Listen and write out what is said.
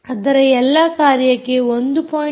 ಅದರ ಎಲ್ಲಾ ಕಾರ್ಯಕ್ಕೆ 1